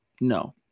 No